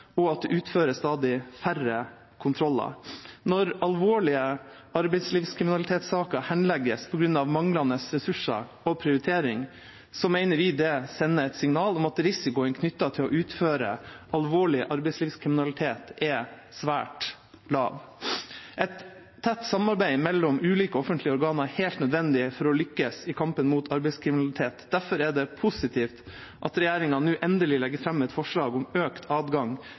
og at det utføres stadig færre kontroller. Når alvorlige arbeidslivskriminalitetssaker henlegges på grunn av manglende ressurser og prioritering, mener vi det sender et signal om at risikoen knyttet til å utføre alvorlig arbeidslivskriminalitet er svært lav. Et tett samarbeid mellom ulike offentlige organer er helt nødvendig for å lykkes i kampen mot arbeidslivskriminalitet. Derfor er det positivt at regjeringa nå endelig legger fram et forslag om økt adgang